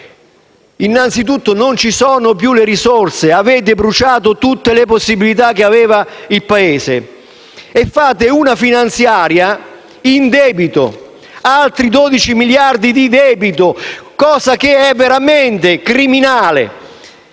Innanzitutto non ci sono più le risorse. Avete bruciato tutte le possibilità che aveva il Paese. Fate una manovra finanziaria in debito: altri 12 miliardi di euro di debito, cosa che è veramente criminale.